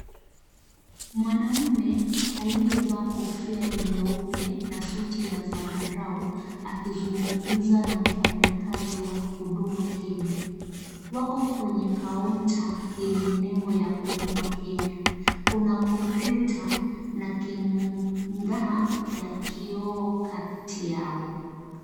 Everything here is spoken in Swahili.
Mwanaume aliyevaa kofia nyeupe na suti ya zambarau akizungumza na mfanyakazi wa huduma Kenya, wako kwenye kaota yenye nembo ya huduma Kenya. Kuna kompyuta na kingaa ya kioo kati yao.